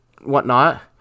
whatnot